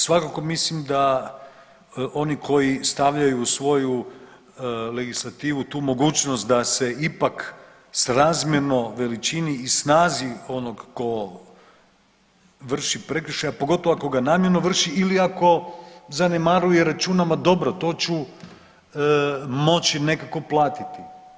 Svakako mislim da oni koji stavljaju u svoju legislativu tu mogućnost da se ipak srazmjerno veličini i snazi onoga tko vrši prekršaj a pogotovo ako ga namjerno vršili, ili ako zanemaruju i računa a dobro to ću moći nekako platiti.